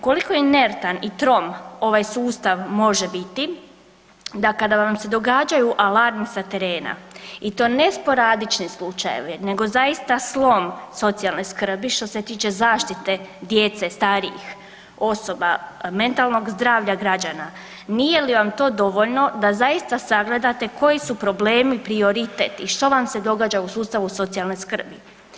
Koliko je inertan i trom ovaj sustav može biti da kada vam se događaju alarmi sa terene i to ne sporadični slučajevi nego zaista slom socijalne skrbi što se tiče zaštite djece, starijih osoba, mentalnog zdravlja građana nije li vam to dovoljno da zaista sagledate koji su problemi prioritet i što vam se događa u sustavu socijalne skrbi?